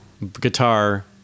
Guitar